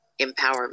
empowerment